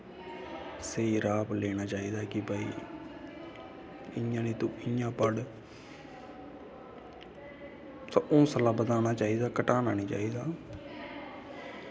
स्हेई राह् पर लेना चाही दा भाई इयां नी तूं इयां पढ़ होंसला बदाना चाही दा घटाना नी चाही दा